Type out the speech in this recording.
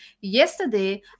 Yesterday